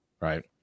right